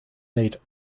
made